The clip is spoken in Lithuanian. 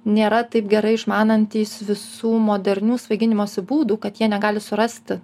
nėra taip gerai išmanantys visų modernių svaiginimosi būdų kad jie negali surasti